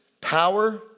power